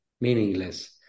meaningless